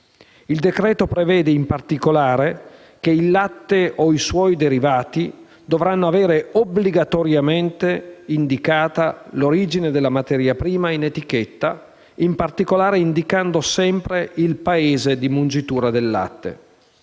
Il decreto prevede in particolare che il latte o i suoi derivati dovranno avere obbligatoriamente indicata l'origine della materia prima in etichetta, in particolare indicando sempre il Paese di mungitura del latte.